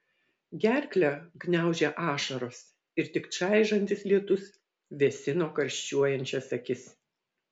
gerklę gniaužė ašaros ir tik čaižantis lietus vėsino karščiuojančias akis